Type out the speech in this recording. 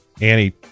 Annie